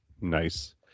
nice